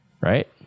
right